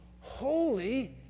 Holy